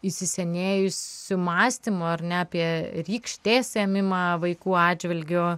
įsisenėjusiu mąstymu ar ne apie rykštės ėmimą vaikų atžvilgiu